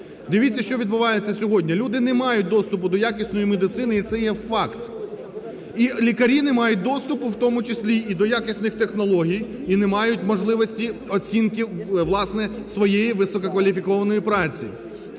Дивіться, що відбувається сьогодні. Люди не мають доступу до якісної медицини, і це є факт. І лікарі не мають доступу, в тому числі і до якісних технологій, і не мають можливості оцінки, власне, своєї висококваліфікованої праці.